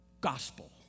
gospel